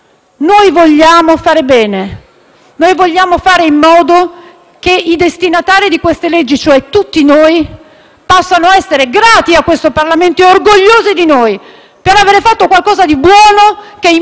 Noi vogliamo fare bene, noi vogliamo fare in modo che i destinatari di queste leggi - cioè tutti noi - possano essere grati a questo Parlamento e orgogliosi di noi per aver fatto qualcosa di buono che impatta